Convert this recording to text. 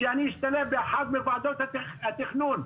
שאני אשתלב באחת מוועדות התכנון.